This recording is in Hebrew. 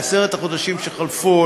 בעשרת החודשים שחלפו,